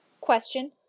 Question